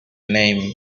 name